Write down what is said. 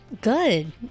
Good